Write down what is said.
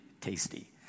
tasty